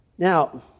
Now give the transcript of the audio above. Now